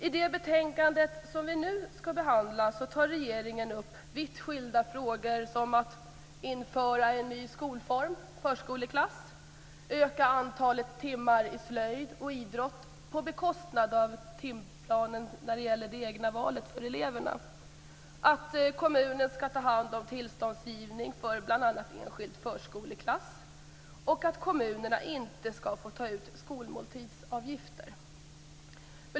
I det betänkande som vi nu skall behandla tas vitt skilda frågor upp, t.ex. att införa en ny skolform; förskoleklass, att öka antalet timmar i slöjd och idrott på bekostnad av antalet timmar för det egna valet för eleverna, att kommunen skall ta hand om tillståndsgivning för bl.a. enskild förskoleklass och att kommunerna inte skall få ta ut skolmåltidsavgifter.